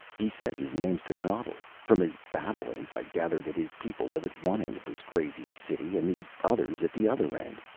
he says his name's techotl. from his babblings i gather that his people live at one end of this crazy city, and these others at the other end.